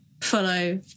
follow